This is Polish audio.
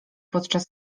podczas